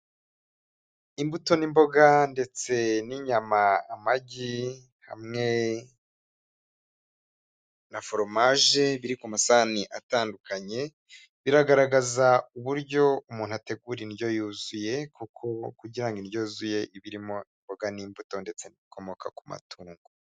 Imbuto n'imboga ndetse n'inyama, amagi hamwe na foromaje biri ku masahani atandukanye, biragaragaza uburyo umuntu ategura indyo yuzuye kuko kugira ngo indyo yuzure iba irimo imboga n'imbuto ndetse n'ibikomoka ku matungo.